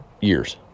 years